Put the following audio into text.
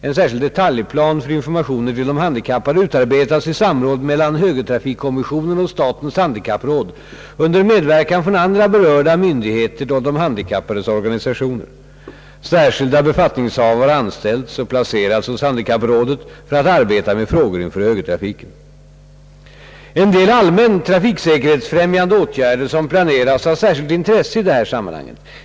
En särskild detaljplan för informationer till de handikappade utarbetas i samråd mellan högertrafikkommissionen och statens handikappråd under medverkan från andra berörda myndigheter och de handikappades Oorganisationer. Särskilda befattningshavare har anställts och placerats hos handikapprådet för att arbeta med frågor inför högertrafiken. En del allmänt trafiksäkerhetsfrämjande åtgärder som planeras har särskilt intresse i det här sammanhanget.